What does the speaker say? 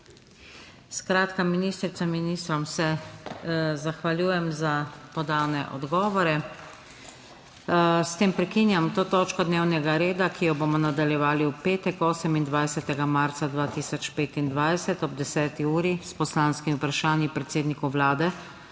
Tatjana. Ministricam in ministrom se zahvaljujem za podane odgovore. S tem prekinjam to točko dnevnega reda, ki jo bomo nadaljevali v petek, 28. marca 2025, ob 10. uri s poslanskimi vprašanji predsedniku Vlade